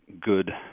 good